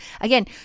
Again